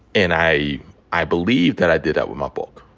and i i believe that i did that with my book.